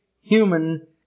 human